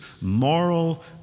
moral